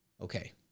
Okay